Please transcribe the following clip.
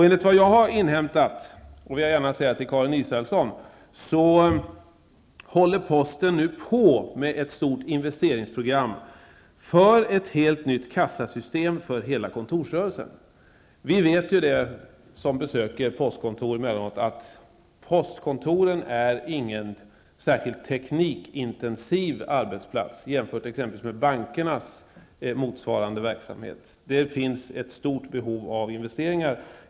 Enligt vad jag har inhämtat, det vill jag gärna säga till Karin Israelsson, håller posten nu på att utarbeta ett stort investeringsprogram för ett helt nytt kassasystem för hela kontorsrörelsen. Vi som besöker postkontoren emellanåt vet ju att de inte är särskilt teknikintensiva arbetsplatser jämfört med bankernas motsvarande verksamhet. Det finns ett stort behov av investeringar.